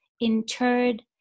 interred